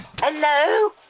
Hello